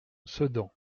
sedan